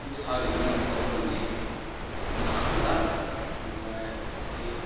बै हाजोनि नाखौ मा बोरैबा होनोलै ना खान्दा ओमफ्राय बै